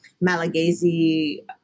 Malagasy